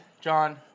John